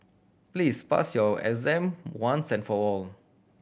please pass your exam once and for all